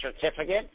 certificate